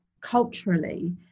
culturally